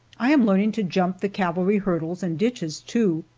i am learning to jump the cavalry hurdles and ditches, too.